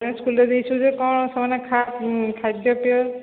ମ ସ୍କୁଲରେ ଦେଇଛୁ ଯେ କ'ଣ ସେମାନେ ଖା ଖାଦ୍ୟପେୟ